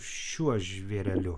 šiuo žvėreliu